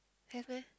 have meh